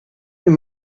you